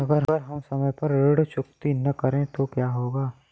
अगर हम समय पर ऋण चुकौती न करें तो क्या होगा?